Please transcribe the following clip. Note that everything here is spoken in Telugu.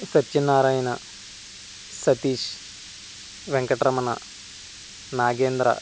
సత్యనారాయణ సతీష్ వెంకటరమణ నాగేంద్ర